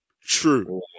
true